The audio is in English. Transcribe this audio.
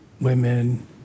women